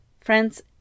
Friends